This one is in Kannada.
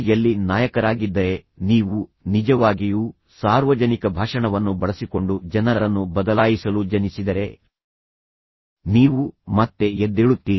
ಯಲ್ಲಿ ನಾಯಕರಾಗಿದ್ದರೆ ನೀವು ನಿಜವಾಗಿಯೂ ಸಾರ್ವಜನಿಕ ಭಾಷಣವನ್ನು ಬಳಸಿಕೊಂಡು ಜನರನ್ನು ಬದಲಾಯಿಸಲು ಜನಿಸಿದರೆ ನೀವು ಮತ್ತೆ ಎದ್ದೇಳುತ್ತೀರಿ